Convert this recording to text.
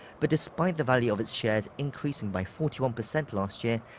but despite the value of its shares increasing by forty one percent last year,